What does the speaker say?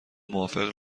موافق